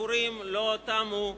הסיפורים לא תמו.